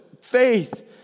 faith